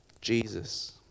Jesus